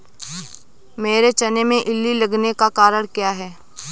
मेरे चने में इल्ली लगने का कारण क्या है?